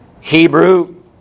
Hebrew